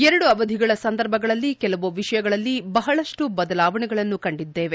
ಎರಡು ಅವಧಿಗಳ ಸಂದರ್ಭಗಳಲ್ಲಿ ಕೆಲವು ವಿಷಯಗಳಲ್ಲಿ ಬಹಳಷ್ಟು ಬದಲಾವಣೆಗಳನ್ನು ಕಂಡಿದ್ದೇವೆ